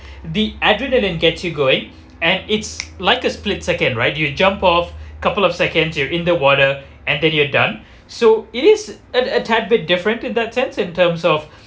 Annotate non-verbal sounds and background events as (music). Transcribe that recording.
the adrenaline get you going and it's (noise) like a split second right you jump off couple of seconds you're in the water and then you're done so it is a a bit different in that sense in terms of